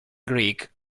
greek